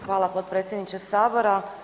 Hvala potpredsjedniče sabora.